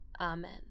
Amen